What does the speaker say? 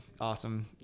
awesome